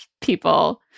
people